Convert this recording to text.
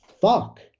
fuck